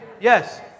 Yes